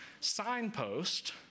signpost